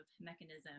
mechanism